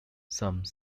some